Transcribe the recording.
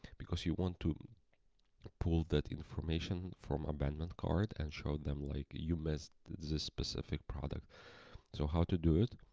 because you want to pull that information from abandoned cart, and show them like you messed this specific product so, how to do it.